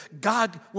God